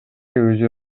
өзү